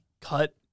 cut